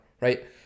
right